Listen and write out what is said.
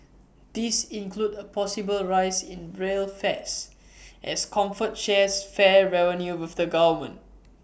these include A possible rise in rail fares as comfort shares fare revenue with the government